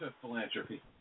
Philanthropy